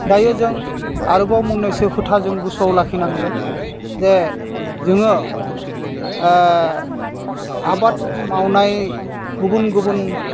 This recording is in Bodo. दायो जों आरोबाव मोन्नैसो खोथा जों गोसोयाव लाखिनांगोन जे जोङो आबाद मावनाय गुबुन गुबुन